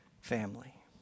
family